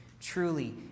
truly